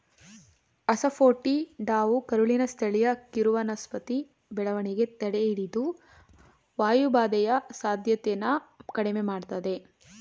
ಅಸಾಫೋಟಿಡಾವು ಕರುಳಿನ ಸ್ಥಳೀಯ ಕಿರುವನಸ್ಪತಿ ಬೆಳವಣಿಗೆ ತಡೆಹಿಡಿದು ವಾಯುಬಾಧೆಯ ಸಾಧ್ಯತೆನ ಕಡಿಮೆ ಮಾಡ್ತದೆ